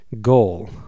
goal